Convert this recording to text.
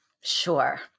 Sure